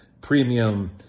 premium